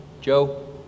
Joe